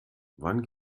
wann